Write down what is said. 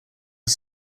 are